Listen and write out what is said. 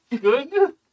good